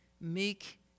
meek